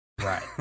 Right